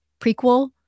prequel